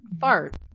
fart